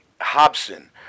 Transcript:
Hobson